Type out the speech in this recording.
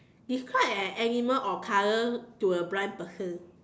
describe an animal or a colour to a blind person